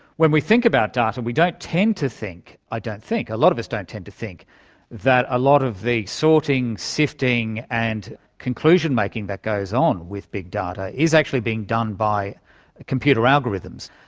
when we think about data we don't tend to think, i don't think a lot of us tend to think that a lot of the sorting, sifting and conclusion making that goes on with big data is actually being done by computer algorithms.